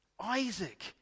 Isaac